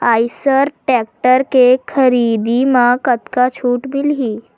Eicher tractor के खरीदी म कतका छूट मिलही?